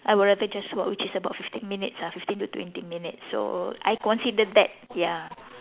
I would rather just walk which is about fifteen minutes ah fifteen to twenty minutes so I consider that ya